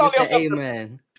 amen